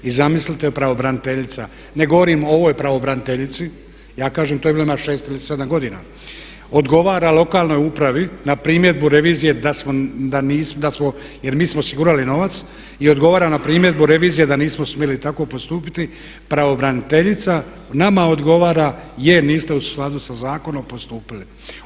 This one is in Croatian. I zamislite pravobraniteljica, ne govorim o ovoj pravobraniteljici, ja kažem tome ima šest ili sedam godina odgovara lokalnoj upravi na primjedbu revizije da nismo, jer mi smo osigurali novac, i odgovara na primjedbu revizije da nismo smjeli tako postupiti pravobraniteljica nama odgovara je, niste u skladu sa zakonom postupili.